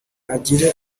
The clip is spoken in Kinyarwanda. agire